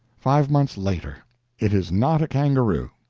five months later it is not a kangaroo.